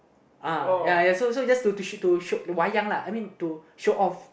uh ya ya so so it's just to to teach you to show why wayang lah I mean to show off